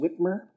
Whitmer